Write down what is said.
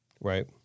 Right